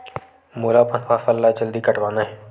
मोला अपन फसल ला जल्दी कटवाना हे?